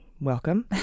Welcome